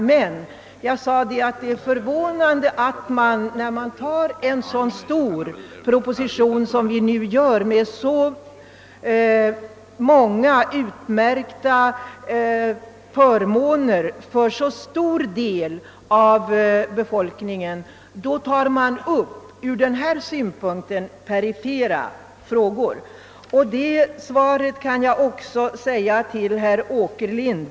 Jag sade emellertid att det är förvånande att man, när man behandlar en så omfattande proposition med många utmärkta förmåner för en stor del av befolkningen, samtidigt tar upp till behandling ur den synvinkeln perifera frågor. Detta svar kan jag också lämna herr Åkerlind.